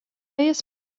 jis